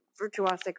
virtuosic